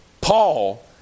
Paul